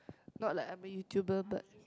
not like I'm a YouTuber but